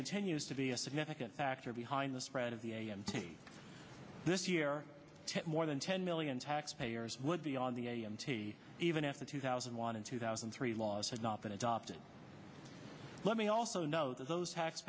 continues to be a significant factor behind the spread of the a m t this year more than ten million taxpayers would be on the a m t even after two thousand and one and two thousand and three laws had not been adopted let me also note that those tax